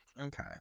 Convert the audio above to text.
Okay